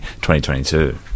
2022